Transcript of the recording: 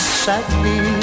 sadly